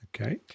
Okay